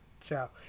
Ciao